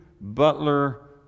butler